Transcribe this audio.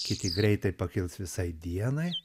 kiti greitai pakils visai dienai